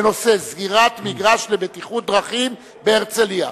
בנושא: סגירת מגרש לבטיחות בדרכים בהרצלייה.